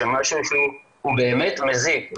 שזה משהו שהוא באמת מזיק,